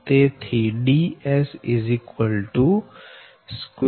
તેથી Ds r